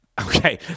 Okay